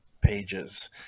pages